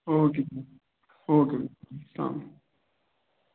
okay جناب okay